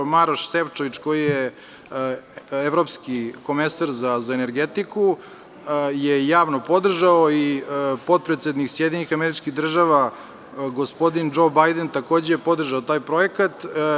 Maroš Šefčović, koji je evropski komesar za energetiku, javno je podržao i potpredsednik SAD, gospodin Džo Bajden, takođe je podržao taj projekat.